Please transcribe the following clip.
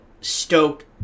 Stoked